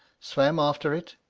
swam after it,